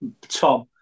Tom